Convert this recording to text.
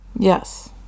Yes